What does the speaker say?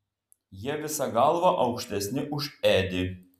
jie visa galva aukštesni už edį